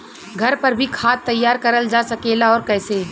घर पर भी खाद तैयार करल जा सकेला और कैसे?